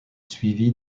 suivit